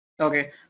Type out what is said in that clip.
Okay